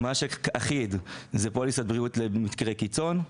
מה שאחיד זאת פוליסת בריאות למקרי קיצון,